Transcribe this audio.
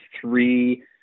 three